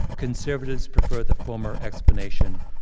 conservatives prefer the former explanation,